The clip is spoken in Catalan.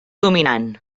dominant